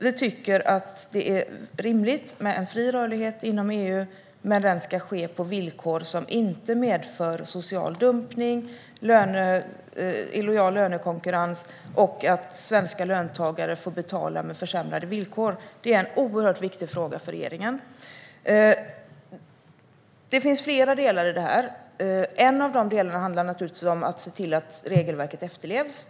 Vi tycker att det är rimligt med en fri rörlighet inom EU, men den ska ske på villkor som inte medför social dumpning och illojal lönekonkurrens. Svenska löntagare ska inte behöva betala med försämrade villkor. Det är en oerhört viktig fråga för regeringen. Det finns flera delar i det här. En av de delarna handlar naturligtvis om att se till att regelverket efterlevs.